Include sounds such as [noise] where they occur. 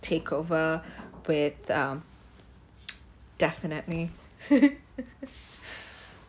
takeover with um [noise] definitely [laughs]